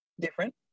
different